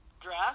dress